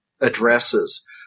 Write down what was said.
addresses